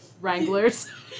Wranglers